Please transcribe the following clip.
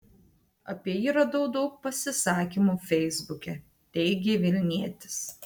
apie jį radau daug pasisakymų feisbuke teigė vilnietis